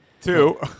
Two